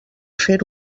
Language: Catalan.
fer